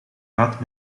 raad